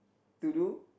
to do